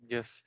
Yes